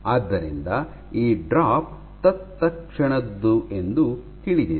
ಆದ್ದರಿಂದ ಈ ಡ್ರಾಪ್ ತತ್ಕ್ಷಣದ್ದು ಎಂದು ತಿಳಿದಿದೆ